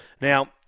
Now